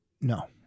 No